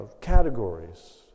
categories